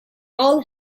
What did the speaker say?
all